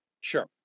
Sure